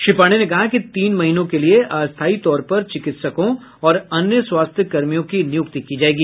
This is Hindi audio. श्री पांडेय ने कहा कि तीन महीनों के लिये अस्थायी तौर पर चिकित्सकों और अन्य स्वास्थ्य कर्मियों की नियुक्ति की जायेगी